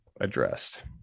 addressed